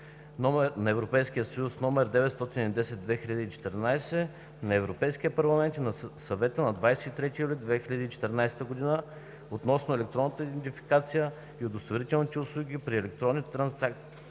с Регламент (ЕС) № 910/2014 на Европейския парламент и на Съвета от 23 юли 2014 г. относно електронната идентификация и удостоверителните услуги при електронни трансакции